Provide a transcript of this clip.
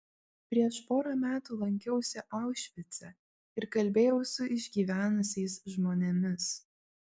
prieš porą metų lankiausi aušvice ir kalbėjau su išgyvenusiais žmonėmis